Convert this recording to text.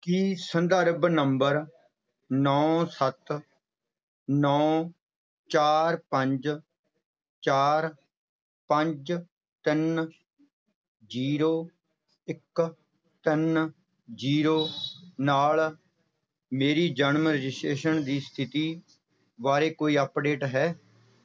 ਕੀ ਸੰਦਰਭ ਨੰਬਰ ਨੌਂ ਸੱਤ ਨੌਂ ਚਾਰ ਪੰਜ ਚਾਰ ਪੰਜ ਤਿੰਨ ਜੀਰੋ ਇੱਕ ਤਿੰਨ ਜੀਰੋ ਨਾਲ ਮੇਰੀ ਜਨਮ ਰਜਿਸਟ੍ਰੇਸ਼ਨ ਦੀ ਸਥਿਤੀ ਬਾਰੇ ਕੋਈ ਅਪਡੇਟ ਹੈ